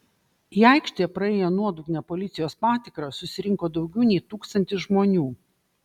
į aikštę praėję nuodugnią policijos patikrą susirinko daugiau nei tūkstantis žmonių